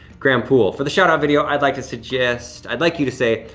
graham poole, for the shout-out video i'd like to suggest, i'd like you to say,